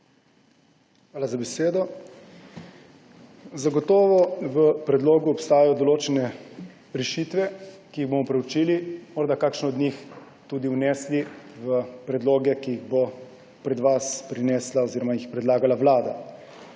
Hvala za besedo. Zagotovo v predlogu obstajajo določene rešitve, ki jih bomo preučili, morda kakšno od njih tudi vnesli v predloge, ki jih bo pred vas prinesla oziroma jih predlagala Vlada.